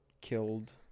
killed